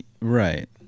Right